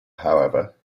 however